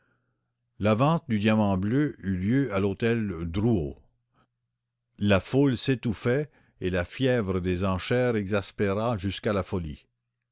la vente du diamant bleu eut lieu le janvier la foule s'étouffait dans la salle et la fièvre des enchères s'exaspéra jusqu'à la folie